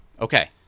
Okay